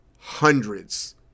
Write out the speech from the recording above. Hundreds